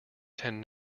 tend